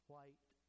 white